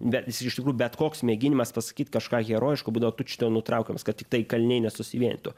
be jis iš tikrųjų bet koks mėginimas pasakyt kažką herojiško būdavo tučtuojau nutraukiamas kad tiktai kaliniai nesusivienytų